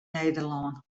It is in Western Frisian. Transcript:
nederlân